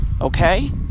Okay